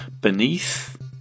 beneath